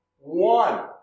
One